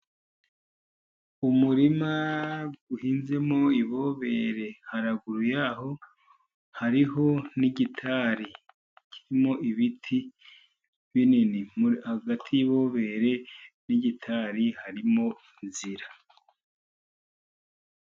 Umurima uhinzemo ibobere, haruguru yaho hariho n'igitari kirimo ibiti binini, hagati y'ibobere n'igitari harimo inzira.